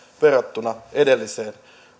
verrattuna edelliseen